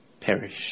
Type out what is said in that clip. perish